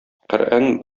коръән